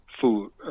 food